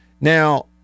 Now